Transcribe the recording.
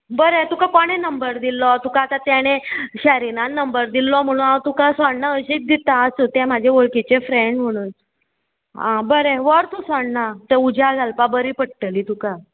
बरें तुका कोणे नंबर दिल्लो तुका आतां तेणें शेरिनान नंबर दिल्लो म्हणून हांव तुका सोण्णां अशेंच दिता आसूं तें म्हाजें वळखीचें फ्रेंड म्हणून आं बरें व्हर तूं सोण्णां तें उज्या घालपा बरी पडटलीं तुका